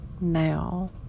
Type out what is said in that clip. now